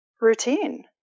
routine